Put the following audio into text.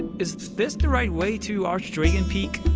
is this the right way to archdragon peak?